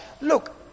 look